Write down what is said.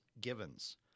givens